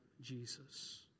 Jesus